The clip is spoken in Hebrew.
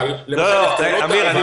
למשל סופרים קרנות הלוואה- --, וזה לא